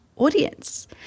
Audience